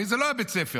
הרי זה לא בית הספר.